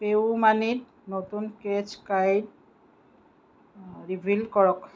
pay ও মানিত নতুন ক্ৰেটচ কাইড ৰিভিল কৰক